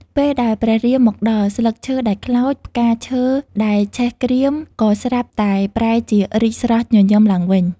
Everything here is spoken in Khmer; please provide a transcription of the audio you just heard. ពេលដែលព្រះ រាមមកដល់ ស្លឹកឈើដែលខ្លោច ផ្កាឈើដែល ឆេះក្រៀមក៏ស្រាប់ តែប្រែជារីកស្រស់ញញឹមឡើងវិញ។